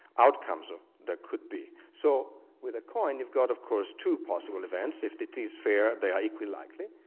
outcomes ah there could be. so with a coin you've got of course two possible events. if it is fair, they are equally likely.